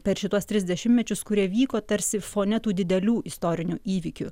per šituos tris dešimtmečius kurie vyko tarsi fone tų didelių istorinių įvykių